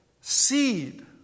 seed